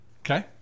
Okay